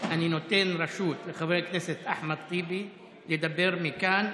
אני נותן רשות לחבר הכנסת אחמד טיבי לדבר מכאן,